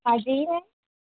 हाँ जी मैं